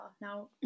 now